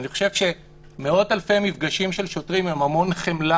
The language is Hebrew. ואני חושב שמאות אלפי מפגשים של שוטרים עם המון חמלה